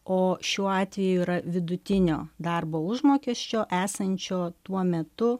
o šiuo atveju yra vidutinio darbo užmokesčio esančio tuo metu